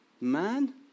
Man